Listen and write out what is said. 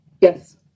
Yes